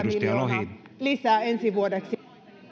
miljoonaa lisää ensi vuodeksi